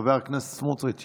חבר הכנסת סמוטריץ',